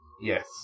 Yes